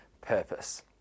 purpose